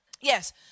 Yes